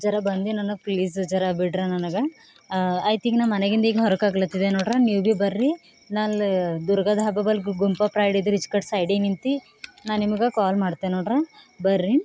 ಜರಾ ಬಂದು ನನ್ನ ಪ್ಲೀಸ್ ಜರಾ ಬಿದಿರಿ ನನಗೆ ಆಯ್ತೀಗ ನಮ್ಮ ಮನೆಗಿಂದ ಈಗ ಹೊರಕಾಗ್ಲತಿದೆ ನೋಡ್ರಿ ನೀವು ಭೀ ಬರ್ರಿ ನಾನು ಅಲ್ಲೇ ದುರ್ಗಾ ಧಾಬಾ ಬಲಿ ಗುಂಪ ಪ್ರೈಡ್ ಬ್ರಿಡ್ಜ್ ಕಡೆ ಸೈಡಿ ನಿಂತು ನಾನು ನಿಮಗೆ ಕಾಲ್ ಮಾಡ್ತೆ ನೋಡ್ರಿ ಬರ್ರಿ